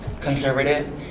conservative